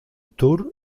tour